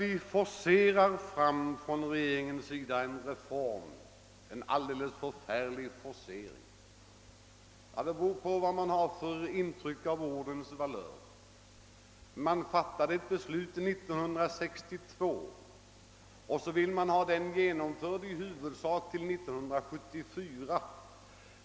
Det har här sagts att regeringen vill arbeta fram reformen under förfärlig forcering. Om det skall anses vara fallet är beroende av vilket intryck man har av ordens valör. År 1962 fattades ett beslut som nu föreslås i huvudsak genomfört till år 1974.